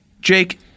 Jake